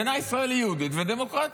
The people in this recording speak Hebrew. בעיניי ישראל היא יהודית ודמוקרטית.